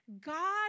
God